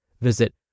Visit